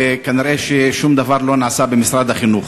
וכנראה שום דבר לא נעשה במשרד החינוך.